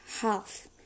half